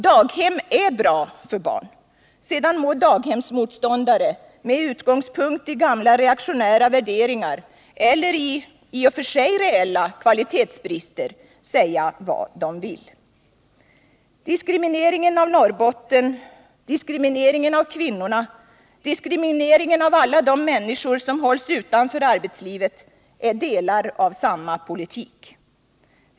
Daghem är bra för barn — sedan må daghemsmotståndare med utgångspunkt i gamla, reaktionära värderingar eller i — i och för sig reella — kvalitetsbrister säga vad de vill. Diskrimineringen av Norrbotten, diskrimineringen av kvinnorna och diskrimineringen av alla de människor som ställs utanför arbetslivet är delar av samma politik.